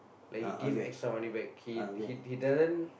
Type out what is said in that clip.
like he give extra money back he he doesn't